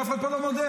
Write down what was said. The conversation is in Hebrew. ואף אחד פה לא מודה.